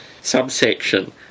subsection